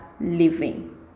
living